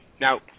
Now